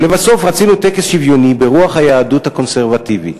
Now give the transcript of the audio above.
ולבסוף רצינו טקס שוויוני ברוח היהדות הקונסרבטיבית.